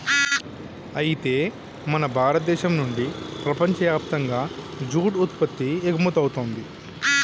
అయితే మన భారతదేశం నుండి ప్రపంచయప్తంగా జూట్ ఉత్పత్తి ఎగుమతవుతుంది